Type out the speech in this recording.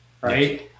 right